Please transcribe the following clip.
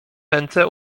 ręce